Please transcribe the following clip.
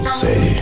say